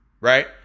right